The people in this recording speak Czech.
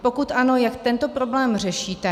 Pokud ano, jak tento problém řešíte?